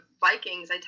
Vikings